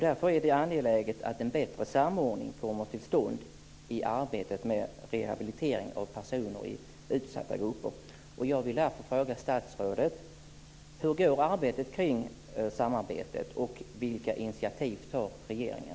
Därför är det angeläget att en bättre samordning kommer till stånd i arbetet med rehabilitering av personer i utsatta grupper. Jag vill därför fråga statsrådet: Hur går det med arbetet kring samarbetet och vilka initiativ tar regeringen?